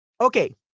Okay